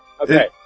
Okay